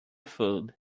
food